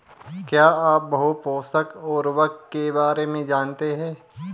क्या आप बहुपोषक उर्वरक के बारे में जानते हैं?